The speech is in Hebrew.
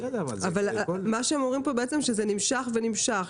מה שהם אומרים כאן זה נמשך ונמשך.